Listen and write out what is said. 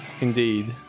Indeed